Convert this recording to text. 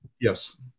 Yes